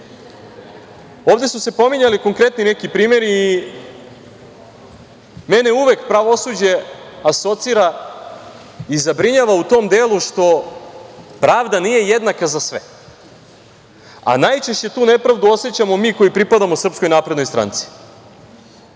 su se pominjali konkretni neki primeri. Mene uvek pravosuđe asocira i zabrinjava u tom delu što pravda nije jednaka za sve, a najčešće tu nepravdu osećamo mi koji pripadamo SNS.Ovde sedi